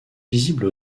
visibles